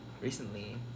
recently